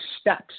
steps